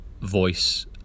voice